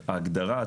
ההגדרה,